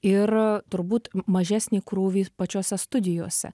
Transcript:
ir turbūt mažesnį krūvį pačiose studijose